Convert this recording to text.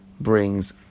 brings